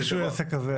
בזכותך.